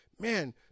Man